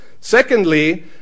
Secondly